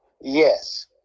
Yes